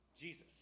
Jesus